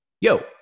Yo